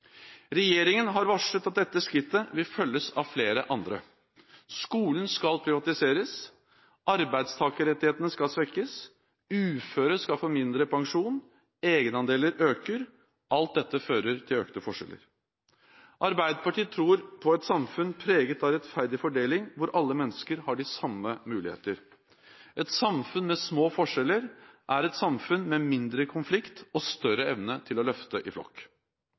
Regjeringen har varslet at dette skrittet vil følges av flere andre. Skolen skal privatiseres. Arbeidstakerrettighetene skal svekkes. Uføre skal få mindre pensjon. Egenandeler øker. Alt dette fører til økte forskjeller. Arbeiderpartiet tror på et samfunn preget av rettferdig fordeling, hvor alle mennesker har de samme muligheter. Et samfunn med små forskjeller er et samfunn med mindre konflikt og større evne til å løfte i flokk.